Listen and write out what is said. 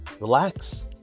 relax